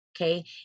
Okay